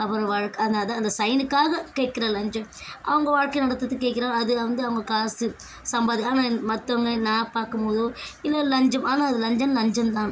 அப்புறம் வழக்கு அது அதுதான் அந்த சைனுக்காக கேட்குற லஞ்சம் அவங்க வாழ்க்கையை நடத்துகிறதுக்கு கேட்குறாங்க அது வந்து அவங்க காசு சம்பாதிக்க ஆனால் மற்றவங்க நான் பார்க்கும் போதோ இல்லை லஞ்சம் ஆனால் அது லஞ்சம் லஞ்சம் தான்